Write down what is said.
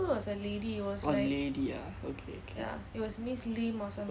orh lady ah okay okay